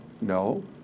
No